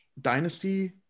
dynasty